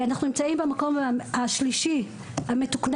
אנחנו נמצאים במקום השלישי המתוקנן